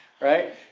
Right